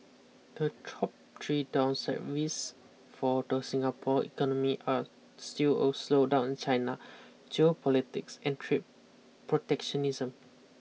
the top three downside risk for the Singapore economy are still a slowdown in China geopolitics and trade protectionism